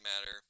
matter